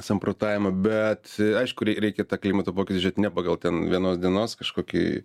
samprotavimą bet aišku reikia tą klimato pokytį žiūrėt ne pagal ten vienos dienos kažkokį